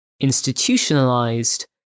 institutionalized